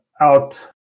out